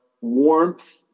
warmth